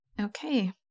Okay